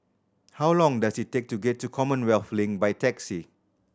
how long does it take to get to Commonwealth Link by taxi